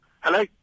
Hello